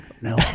No